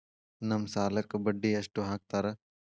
ನಮ್ ಸಾಲಕ್ ಬಡ್ಡಿ ಎಷ್ಟು ಹಾಕ್ತಾರ?